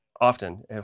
often